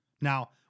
Now